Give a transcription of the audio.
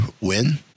win